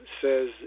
says